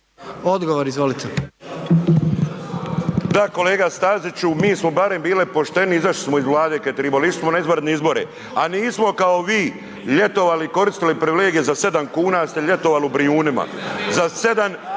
Miro (MOST)** Da kolega Staziću, mi smo barem bili pošteni izašli smo iz vlade kad je tribalo, išli smo na izvanredne izbore, a nismo kao vi ljetovali, koristili privilegije za 7 kuna ste ljetovali u Brijunima, za 7